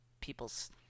people's